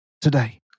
today